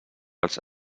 els